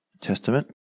Testament